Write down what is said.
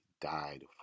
died